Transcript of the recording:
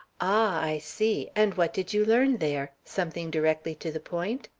i see! and what did you learn there? something directly to the point?